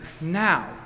Now